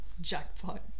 jackpot